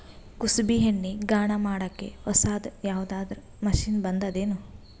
ಕುಸುಬಿ ಎಣ್ಣೆ ಗಾಣಾ ಮಾಡಕ್ಕೆ ಹೊಸಾದ ಯಾವುದರ ಮಷಿನ್ ಬಂದದೆನು?